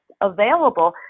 available